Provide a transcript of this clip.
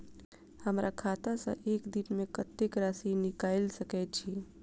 हमरा खाता सऽ एक दिन मे कतेक राशि निकाइल सकै छी